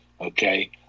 Okay